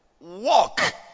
walk